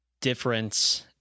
difference